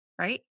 right